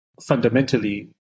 fundamentally